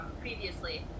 previously